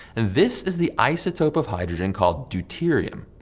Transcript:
this is the isotope of hydrogen called deuterium.